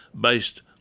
based